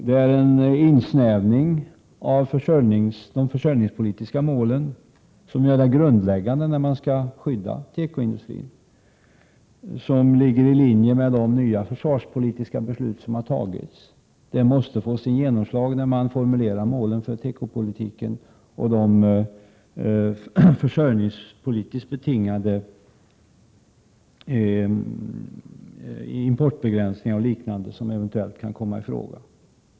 Det är en insnävning av de försörjningspolitiska målen, som ju är grundläggande när man skall skydda tekoindustrin, i linje med de nya försvarspolitiska beslut som har tagits. Det måste få sitt genomslag när man formulerar målen för tekopolitiken och de försörjningspolitiskt betingade importbegränsningar och liknande som eventuellt kan komma i fråga.